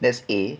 that's A